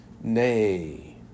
Nay